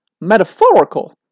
metaphorical